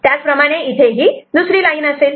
त्याचप्रमाणे इथेही ही दुसरी लाईन असेल